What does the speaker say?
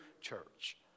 church